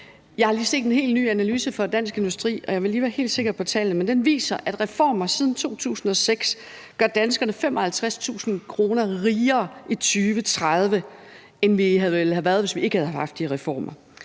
Jeg har lige set en helt ny analyse fra Dansk Industri, og jeg vil lige være helt sikker på tallene, men den viser, at reformer siden 2006 gør danskerne 55.000 kr. rigere i 2030, end vi ville have været, hvis vi ikke havde haft de reformer,